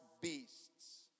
beasts